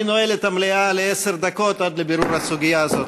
אני נועל את המליאה לעשר דקות עד לבירור הסוגיה הזאת.